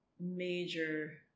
major